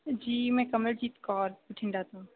ਜੀ ਮੈਂ ਕਮਲਜੀਤ ਕੌਰ ਬਠਿੰਡਾ ਤੋਂ